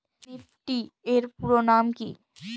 Nifty এর পুরোনাম কী?